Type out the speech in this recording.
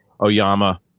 Oyama